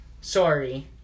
Sorry